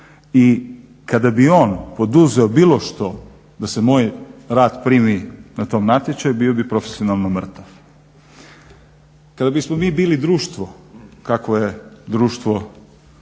i kada bi on poduzeo bilo što da se moj rad primi na tom natječaju bio bih profesionalno mrtav. Kada bismo mi bili društvo kakvo je društvo